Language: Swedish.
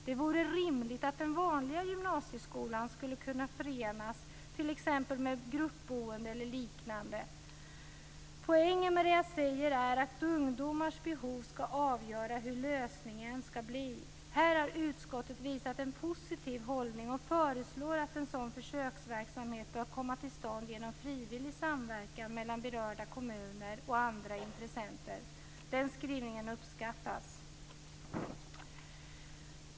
Det vore rimligt att den vanliga gymnasieskolan skulle kunna förenas t.ex. med gruppboende eller liknande. Poängen med det jag säger är att ungdomars behov skall avgöra hur lösningen skall bli. Här har utskottet visat en positiv hållning och föreslår att en sådan försöksverksamhet bör komma till stånd genom frivillig samverkan mellan berörda kommuner och andra intressenter. Den skrivningen uppskattas.